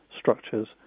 structures